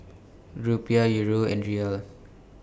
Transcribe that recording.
Rupiah Euro and Riyal